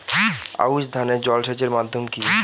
আউশ ধান এ জলসেচের মাধ্যম কি?